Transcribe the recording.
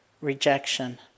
rejection